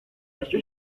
estoy